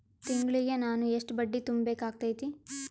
ತಿಂಗಳಿಗೆ ನಾನು ಎಷ್ಟ ಬಡ್ಡಿ ತುಂಬಾ ಬೇಕಾಗತೈತಿ?